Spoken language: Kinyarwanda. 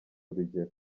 urugero